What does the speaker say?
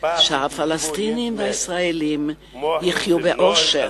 שהפלסטינים והישראלים יחיו באושר.